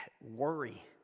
worry